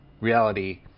reality